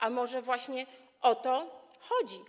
A może właśnie o to chodzi?